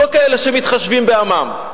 לא כאלה שמתחשבים בעמם.